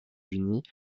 unis